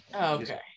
okay